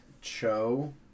Cho